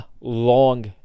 long